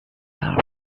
served